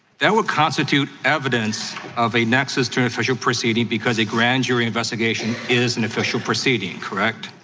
that would constitute evidence of a nexus to an official proceeding because a grand jury investigation is an official proceeding, correct?